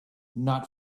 not